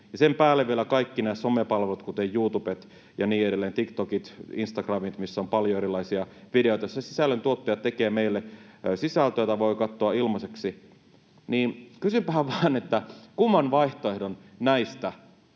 sen päälle vielä kaikki nämä somepalvelut, kuten youtubet, tiktokit, instagramit ja niin edelleen, missä on paljon erilaisia videoita. Siellä sisällöntuottajat tekevät meille sisältöä, jota voi katsoa ilmaiseksi. Kysynpähän vain, että kumman vaihtoehdon näistä